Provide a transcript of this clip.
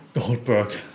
Goldberg